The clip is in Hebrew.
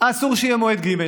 אסור שיהיה מועד ג';